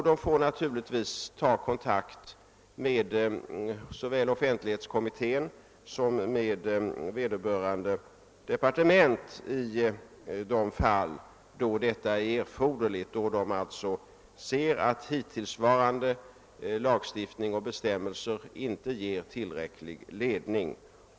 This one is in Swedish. De får då naturligtvis ta kontakt med såväl offentlighetskommittén som vederbörande departement i de fall där detta är erforderligt, då de alltså ser att hittillsvarande lagstiftning och bestämmelser inte ger tillräcklig ledning.